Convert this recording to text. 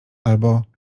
albo